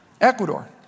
Ecuador